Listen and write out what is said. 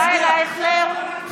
(קוראת בשם חבר הכנסת) ישראל אייכלר,